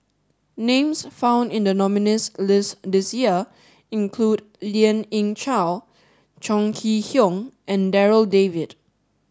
names found in the nominees' list this year include Lien Ying Chow Chong Kee Hiong and Darryl David